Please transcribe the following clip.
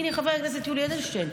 הינה חבר הכנסת יולי אדלשטיין,